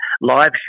live